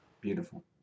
Beautiful